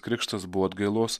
krikštas buvo atgailos